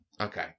Okay